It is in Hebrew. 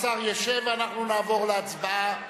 השר ישב ואנחנו נעבור להצבעה.